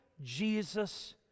Jesus